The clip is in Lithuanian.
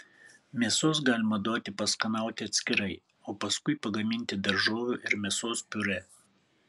mėsos galima duoti paskanauti atskirai o paskui pagaminti daržovių ir mėsos piurė